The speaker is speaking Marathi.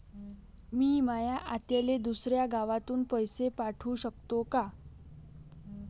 मी माया आत्याले दुसऱ्या गावातून पैसे पाठू शकतो का?